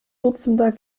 dutzender